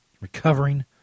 recovering